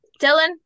dylan